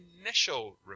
initial